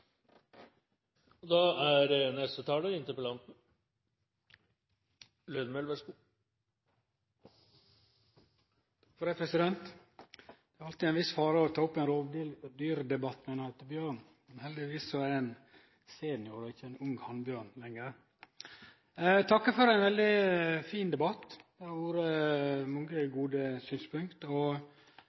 Det er alltid ein viss fare med å ta opp ein rovdyrdebatt når ein heiter Bjørn, men heldigvis er ein senior og ikkje ein ung hannbjørn lenger. Eg takkar for ein veldig fin debatt. Det har vore mange gode